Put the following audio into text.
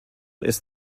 ist